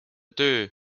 töö